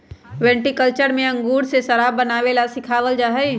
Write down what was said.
viticulture में अंगूर से शराब बनावे ला सिखावल जाहई